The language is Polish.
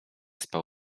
spał